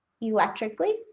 electrically